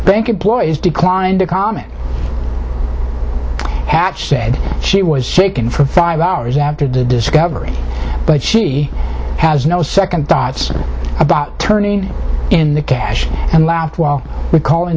bank employees declined to comment hatch said she was shaken for five hours after the discovery but she has no second thoughts about turning in the cash and louth while we call in